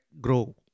grow